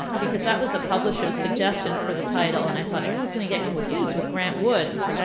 because that was the publisher's suggestion for the title, and i thought, everyone's gonna get confused with grant wood.